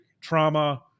trauma